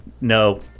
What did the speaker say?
No